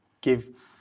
give